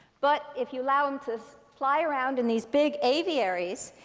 but if you allow him to so fly around in these big aviaries,